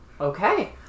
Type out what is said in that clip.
okay